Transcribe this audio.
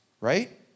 Right